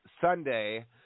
Sunday